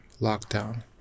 lockdown